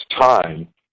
time